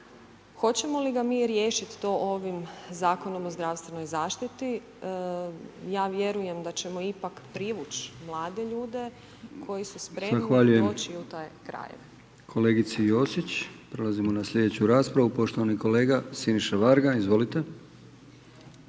Hoćemo li ga mi riješit to ovim Zakonom o zdravstvenoj zaštiti? Ja vjerujem da ćemo ipak privući mlade ljude koji su spremni doći u taj kraj.